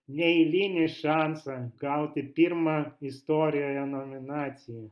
neeilinį šansą gauti pirmą istorijoje nominaciją